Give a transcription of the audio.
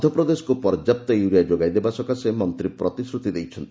ମଧ୍ୟପ୍ରଦେଶକୁ ପର୍ଯ୍ୟାପ୍ତ ୟୁରିଆ ଯୋଗାଇ ଦେବା ସକାଶେ ମନ୍ତ୍ରୀ ପ୍ରତିଶ୍ରତି ଦେଇଛନ୍ତି